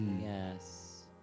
Yes